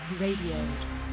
Radio